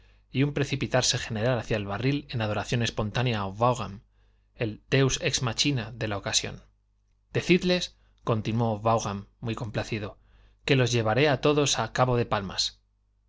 y un precipitarse general hacia el barril en adoración espontánea a vaughan el deus ex machina de la ocasión decidles continuó vaughan muy complacido que los llevaré a todos al cabo de palmas